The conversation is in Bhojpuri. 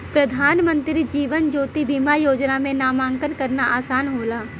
प्रधानमंत्री जीवन ज्योति बीमा योजना में नामांकन करना आसान होला